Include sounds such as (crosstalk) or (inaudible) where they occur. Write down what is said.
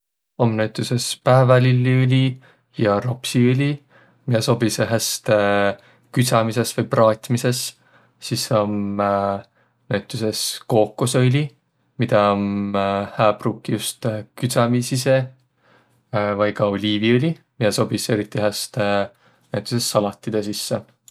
Om näütüses päävälilliõli ja rapsiõli, miä sobisõq häste kas küdsämises vai praatmisõs. Sis om näütüses kookosõõli, midä om hää pruukiq just küdsämiisi seeh. (hesitation) Vai ka oliiviõli sobis eriti häste näütüses salatidõ sisse.